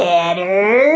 Better